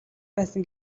байсан